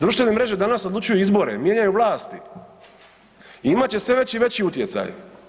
Društvene mreže danas odlučuju izbore, mijenjaju vlasti i imat će sve veći i veći utjecaj.